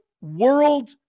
world